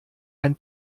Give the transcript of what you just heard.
ein